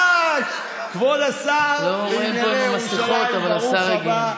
כבוד השר, ברוך הבא.